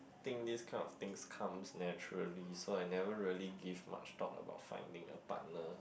think this kind of things comes naturally so I never really give much thought about finding a partner